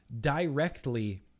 directly